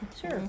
Sure